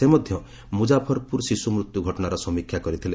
ସେ ମଧ୍ୟ ମୁଜାଫରପୁର ଶିଶୁ ମୃତ୍ୟୁ ଘଟଣାର ସମୀକ୍ଷା କରିଥିଲେ